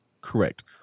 Correct